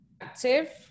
active